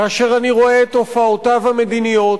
כאשר אני רואה את הופעותיו המדיניות,